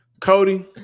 Cody